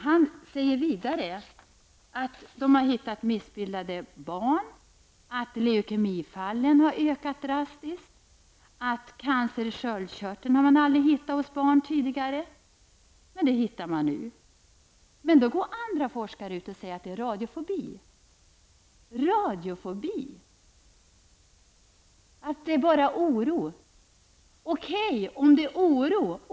Han säger vidare att de har funnit missbildade barn, att leukemifallen drastiskt har ökat i antal, att man funnit fall av cancer i sköldkörteln hos barn, vilket man tidigare inte gjort. Men andra forskare går ut och säger att det är radiofobi. Radiofobi! De säger att det bara är oro. Det är okej med denna oro.